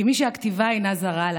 כמי שהכתיבה אינה זרה לה,